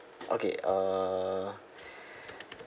okay uh